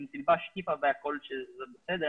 אם תחבש כיפה והכול שזה בסדר,